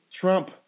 Trump